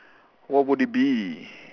what would it be